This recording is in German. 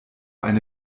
eine